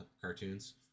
cartoons